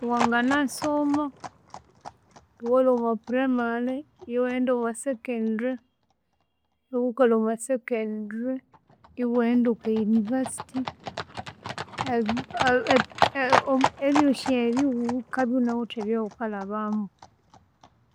Wangana soma iwalwa okwa primary iwaghenda okwa secondary iwukalwa okwa secondary iwaghenda okwa university ebyosi ebyu wukabya iwunawithe ebyawukalhabamu.